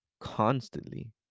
constantly